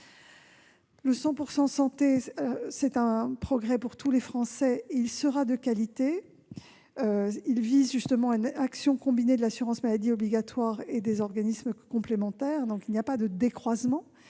Le « 100 % santé » est un progrès pour tous les Français. Il sera de qualité. Il vise justement une action combinée de l'assurance maladie obligatoire et des organismes complémentaires. Il n'y a pas de décroisement,